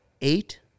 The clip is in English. eight